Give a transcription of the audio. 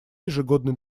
ежегодный